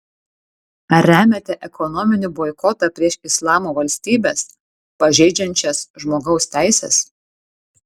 ar remiate ekonominį boikotą prieš islamo valstybes pažeidžiančias žmogaus teises